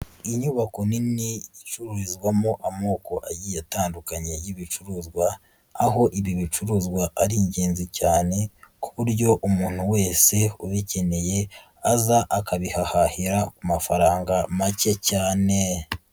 Inyubako nini icururizwamo amoko agiye atandukanye y'ibicuruzwa aho ibi bicuruzwa ari ingenzi cyane ku buryo umuntu wese ubikeneye aza akabihahahira ku mafaranga make cyane.